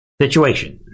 situation